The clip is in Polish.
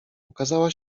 ukazała